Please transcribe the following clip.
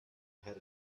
head